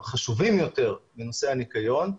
חשובים יותר מנושא הניקיון,